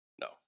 no